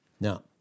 Now